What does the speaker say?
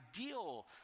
ideal